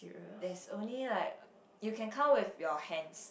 there's only like you can count with your hands